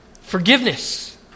forgiveness